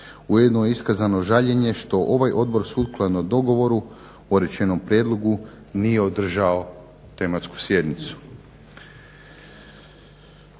ujedno je iskazano žaljenje što ovaj odbor sukladno dogovoru o rečenom prijedlogu nije održao tematsku sjednicu.